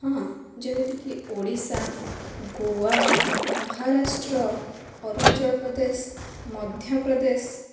ହଁ ଯେମିତିକି ଓଡ଼ିଶା ଗୋଆ ମହାରାଷ୍ଟ୍ର ଅରୁଣାଚଳପ୍ରଦେଶ ମଧ୍ୟପ୍ରଦେଶ